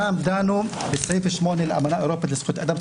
שם דנו בסעיף 8 לאמנה האירופית לזכויות אדם,